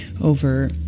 over